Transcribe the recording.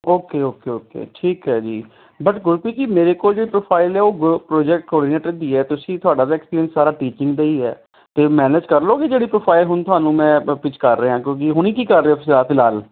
okay okay okay ਠੀਕ ਹੈ ਜੀ ਬਟ ਗੁਰਪ੍ਰੀਤ ਜੀ ਮੇਰੇ ਕੋਲ ਜੋ ਪ੍ਰੋਫਾਈਲ ਹੈ ਉਹ ਪ੍ਰੋਜੈਕਟ ਕੋਆਡੀਨੇਟਰ ਦੀ ਆ ਤੁਸੀਂ ਤੁਹਾਡਾ ਤਾਂ ਐਕਸਪੀਰੀਅੰਸ ਸਾਰਾ ਟੀਚਿੰਗ ਦਾ ਹੀ ਹੈ ਅਤੇ ਮੈਨੇਜ ਕਰ ਲਉਂਗੇ ਜਿਹੜੀ ਪ੍ਰੋਫਾਈਲ ਹੁਣ ਤੁਹਾਨੂੰ ਮੈਂ ਪਿਚ ਕਰ ਰਿਹਾ ਕਿਉਂਕਿ ਹੁਣ ਕੀ ਕਰ ਰਹੇ ਹੋ ਤੁਸੀਂ ਆ ਫਿਲਹਾਲ